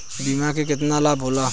बीमा के केतना लाभ होला?